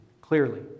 clearly